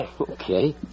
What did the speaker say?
Okay